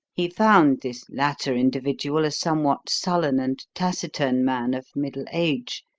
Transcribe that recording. he found this latter individual a somewhat sullen and taciturn man of middle age,